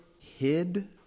hid